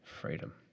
freedom